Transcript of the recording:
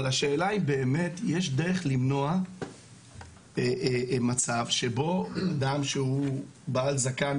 אבל השאלה אם באמת יש דרך למנוע מצב שבו אדם שהוא בעל זקן,